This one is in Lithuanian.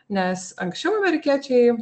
nes anksčiau amerikiečiai